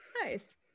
Nice